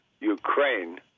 Ukraine